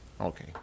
Okay